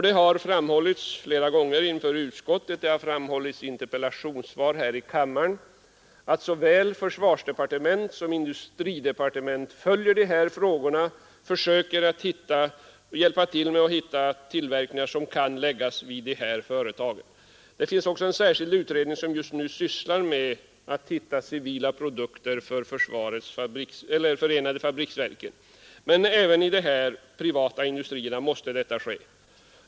Det har framhållits flera gånger inför utskottet och i interpellationssvar här i kammaren att såväl försvarsdepartementet som industridepartementet följer dessa frågor och försöker hjälpa till med att hitta tillverkningar för dessa företag. Det finns också en särskild utredning som just nu sysslar med att försöka hitta civila produkter för Förenade fabriksverken. Men detta måste ske även i de privata industrierna.